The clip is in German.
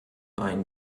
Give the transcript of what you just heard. ein